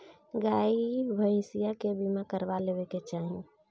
गाई भईसा के बीमा करवा लेवे के चाही